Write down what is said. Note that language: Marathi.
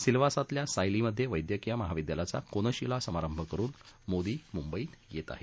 सिल्व्हासातल्या सायलीमधे वैद्यकीय महाविद्यालयाचा कोनशिला समारंभ करुन मोदी मुंबईत येत आहेत